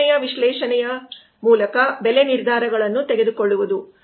ಸಂಯೋಜನೆಯ ವಿಶ್ಲೇಷಣೆಯ ಮೂಲಕ ಬೆಲೆ ನಿರ್ಧಾರಗಳನ್ನು ತೆಗೆದುಕೊಳ್ಳುವುದು